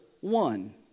one